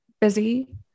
busy